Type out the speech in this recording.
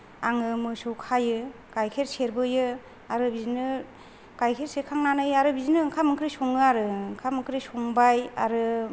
आङो मोसौ खायो गाइखेर सेरबोयो आरो बिदिनो गाइखेर सेरखांनानै आरो बिदिनो ओंखाम ओंख्रि सङो आरो ओंखाम ओंख्रि संबाय आरो